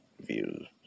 views